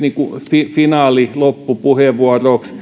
finaali loppupuheenvuoroksi